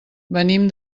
venim